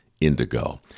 indigo